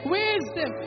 wisdom